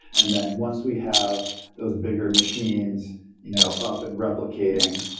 and then once we have those bigger machines you know up and replicating,